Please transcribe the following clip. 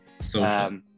social